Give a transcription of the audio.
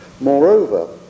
Moreover